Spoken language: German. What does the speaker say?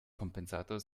kompensator